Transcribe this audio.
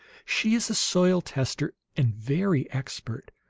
she is a soil-tester, and very expert.